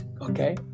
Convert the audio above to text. Okay